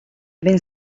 ben